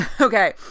Okay